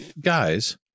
guys